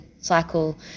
cycle